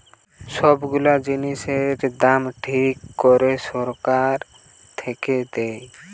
সব গুলা জিনিসের দাম ঠিক করে সরকার থেকে দেয়